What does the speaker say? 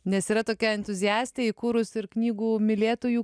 nes yra tokia entuziastė įkūrusi ir knygų mylėtojų